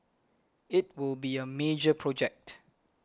it will be a major project